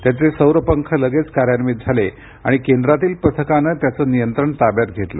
त्याचे सौर पंख लगेच कार्यान्वित झाले आणि केंद्रातील पथकानं त्याचं नियंत्रण ताब्यात घेतलं